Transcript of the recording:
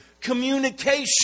communication